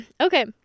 Okay